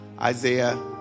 Isaiah